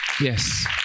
Yes